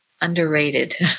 Underrated